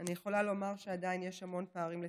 אני יכולה לומר שעדיין יש המון פערים לצמצם,